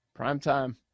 primetime